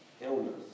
illness